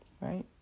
right